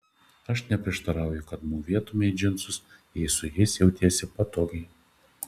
aš neprieštarauju kad mūvėtumei džinsus jei su jais jausiesi patogiai